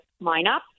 lineup